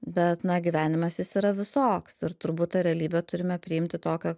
bet na gyvenimas jis yra visoks ir turbūt tą realybę turime priimti tokią